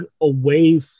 away